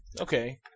Okay